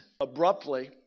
abruptly